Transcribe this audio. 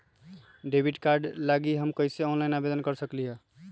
Debit card लागी हम कईसे ऑनलाइन आवेदन दे सकलि ह?